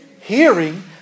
hearing